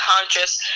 conscious